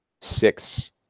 six